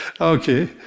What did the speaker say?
Okay